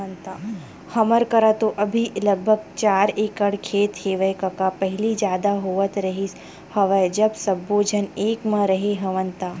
हमर करा तो अभी लगभग चार एकड़ खेत हेवय कका पहिली जादा होवत रिहिस हवय जब सब्बो झन एक म रेहे हवन ता